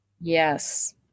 Yes